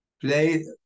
play